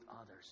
others